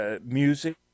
music